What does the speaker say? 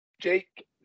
Jake